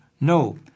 no